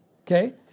Okay